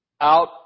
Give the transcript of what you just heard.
out